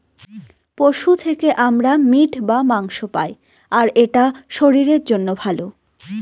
পশু থেকে আমরা মিট বা মাংস পায়, আর এটা শরীরের জন্য ভালো